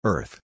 Earth